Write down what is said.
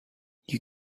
you